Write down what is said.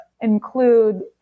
include